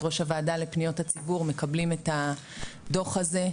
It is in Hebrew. הוועדה לפניות הציבור מקבלים את הדו"ח הזה,